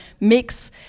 mix